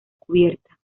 cubierta